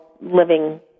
living